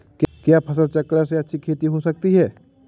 क्या फसल चक्रण से अच्छी खेती हो सकती है?